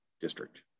district